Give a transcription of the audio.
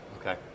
Okay